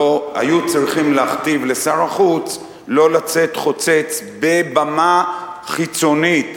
היו צריכים להכתיב לשר החוץ לצאת חוצץ בבמה חיצונית.